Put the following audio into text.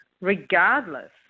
regardless